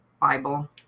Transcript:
Bible